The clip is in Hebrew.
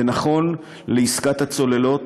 זה נכון לעסקת הצוללות,